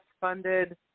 funded